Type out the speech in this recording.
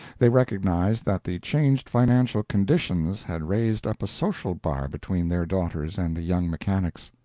they recognized that the changed financial conditions had raised up a social bar between their daughters and the young mechanics.